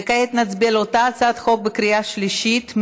וכעת נצביע על אותה הצעת חוק בקריאה שלישית.